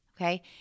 okay